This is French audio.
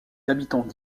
habitants